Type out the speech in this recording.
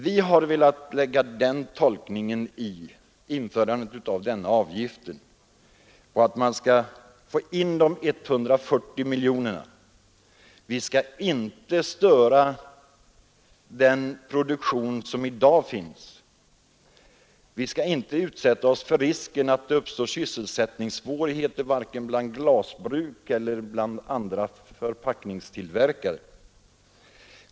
Vi tolkar överenskommelsen så att vi vid införandet av denna avgift och införskaffandet av de 140 miljonerna till statskassan inte skall störa den produktion som i dag finns, inte utsätta oss för risken att det uppstår sysselsättningssvårigheter, vare sig bland glasbruken eller bland andra förpackningstillverkare.